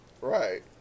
Right